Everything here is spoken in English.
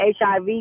HIV